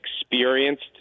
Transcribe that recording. experienced